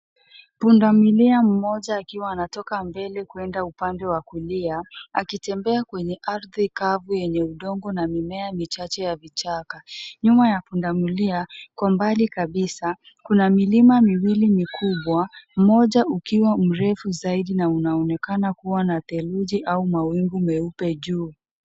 Pundamilia mmoja akiwa anatoka mbele kuenda upande wa kulia akitembea kwenye ardhi kavu yenye udongo na mimea michache ya vichaka. Nyuma ya pundamilia, kwa mbali kabisa, kuna milima miwili mikubwa mmoja ukiwa mrefu zaidi na unaonekana kuwa na theluji au mawingu meupe juu.